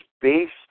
based